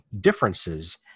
differences